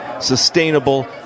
Sustainable